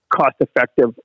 cost-effective